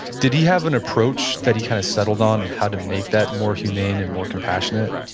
did he have an approach that he kind of settled on in how to make that more humane and more compassionate?